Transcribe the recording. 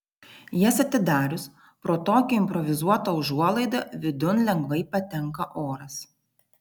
jas atidarius pro tokią improvizuotą užuolaidą vidun lengvai patenka oras